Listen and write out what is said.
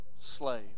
slave